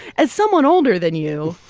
as someone older than you.